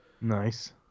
Nice